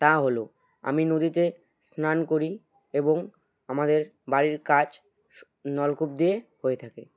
তা হলো আমি নদীতে স্নান করি এবং আমাদের বাড়ির কাজ নলকূপ দিয়ে হয়ে থাকে